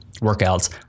workouts